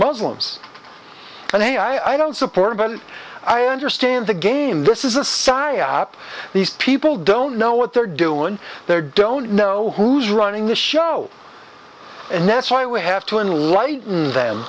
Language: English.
muslims and they i don't support it but i understand the game this is a psyop these people don't know what they're doing there don't know who's running the show and that's why we have to enlighten them